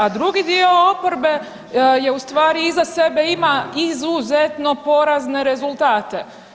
A drugi dio oporbe je u stvari iza sebe ima izuzetno porazne rezultate.